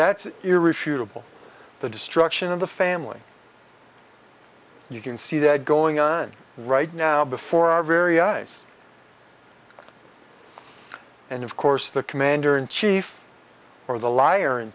that's your refutable the destruction of the family you can see that going on right now before our very eyes and of course the commander in chief or the liar in